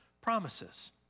promises